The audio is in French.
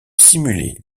simuler